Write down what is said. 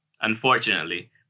unfortunately